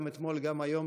גם אתמול וגם היום,